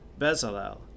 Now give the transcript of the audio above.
Bezalel